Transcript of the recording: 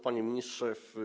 Panie Ministrze!